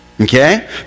Okay